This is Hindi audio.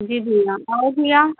जी जी हाँ और भैया